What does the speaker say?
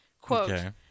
Quote